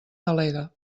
delegue